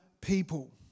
people